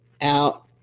out